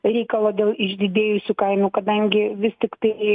reikalo dėl išdidėjusių kainų kadangi vis tiktai